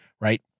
right